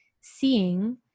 seeing